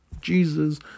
jesus